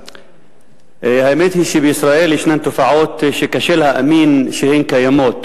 האמת היא שבישראל ישנן תופעות שקשה להאמין שהן קיימות,